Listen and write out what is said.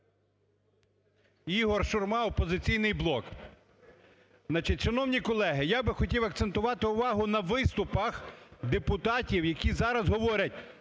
Ігор Шурма, "Опозиційний блок".